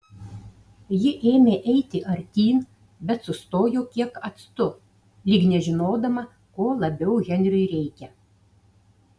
ji ėmė eiti artyn bet sustojo kiek atstu lyg nežinodama ko labiau henriui reikia